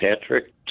Patrick